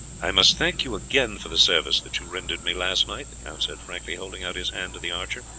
i must thank you again for the service that you rendered me last night, the count said frankly, holding out his hand to the archer.